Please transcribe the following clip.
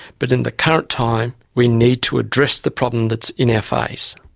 but in the current time we need to address the problem that's in our face.